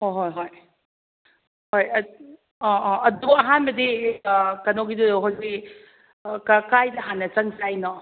ꯍꯣꯏ ꯍꯣꯏ ꯍꯣꯏ ꯍꯣꯏ ꯑꯪ ꯑꯪ ꯑꯗꯨ ꯑꯍꯥꯟꯕꯗꯤ ꯀꯩꯅꯣꯒꯤꯗꯨ ꯑꯩꯈꯣꯏꯒꯤ ꯀꯥꯏꯗ ꯍꯥꯟꯅ ꯆꯪꯁꯦ ꯍꯥꯏꯅꯣ